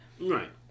Right